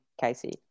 Casey